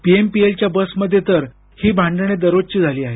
PMPML च्या बसमध्ये तर ही भांडणे दररोजची झाली आहेत